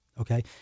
okay